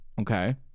Okay